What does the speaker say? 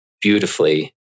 beautifully